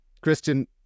Christian